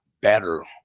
better